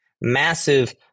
massive